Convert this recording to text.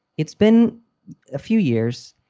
it's been a few years.